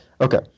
Okay